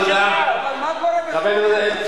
תודה רבה.